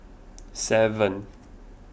seven